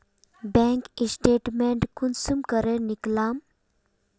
Bank statement कुंसम करे निकलाम?